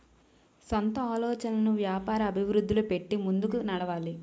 సొంత ఆలోచనలను వ్యాపార అభివృద్ధిలో పెట్టి ముందుకు నడవాలి